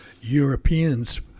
Europeans